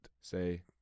Say